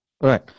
Right